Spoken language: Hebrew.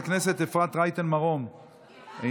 תקשיב,